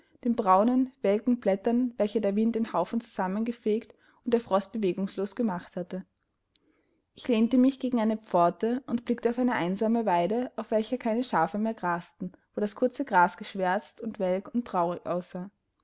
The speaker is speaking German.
den braunen welken blättern welche der wind in haufen zusammen gefegt und der frost bewegungslos gemacht hatte ich lehnte mich gegen eine pforte und blickte auf eine einsame weide auf welcher keine schafe mehr grasten wo das kurze gras geschwärzt und welk und traurig aussah